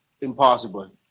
impossible